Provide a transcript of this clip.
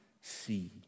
see